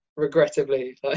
regrettably